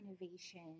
innovation